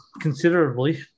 considerably